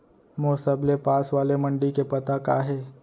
मोर सबले पास वाले मण्डी के पता का हे?